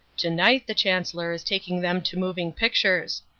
to-night the chancellor is taking them to moving pictures.